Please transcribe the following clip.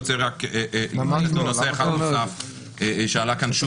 אני רוצה להתייחס לנושא אחד נוסף שעלה כאן שוב ושוב.